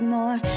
more